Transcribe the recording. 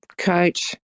coach